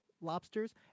lobsters